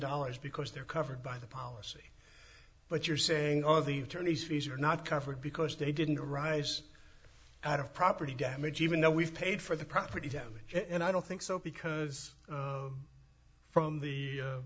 dollars because they're covered by the policy but you're saying all these attorneys fees are not covered because they didn't arise out of property damage even though we've paid for the property damage and i don't think so because from the